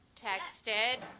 texted